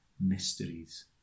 mysteries